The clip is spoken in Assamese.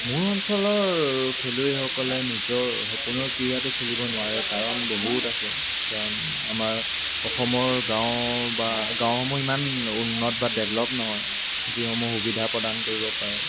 মোৰ অঞ্চলৰ খেলুৱৈসকলে নিজৰ সপোনৰ ক্ৰীড়াটো খেলিব নোৱাৰে কাৰণ বহুত আছে কাৰণ আমাৰ অসমৰ গাঁও বা গাঁওসমূহ ইমান উন্নত বা ডেভলপ নহয় যিসমূহ সুবিধা প্ৰদান কৰিব পাৰে